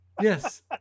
Yes